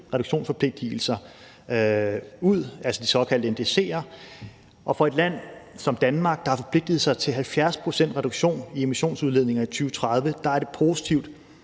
reduktionsforpligtelser ud, altså de såkaldte NDC'er, og for et land som Danmark, der har forpligtet os til en 70-procentsreduktion af emissionsudledninger i 2030, er det positivt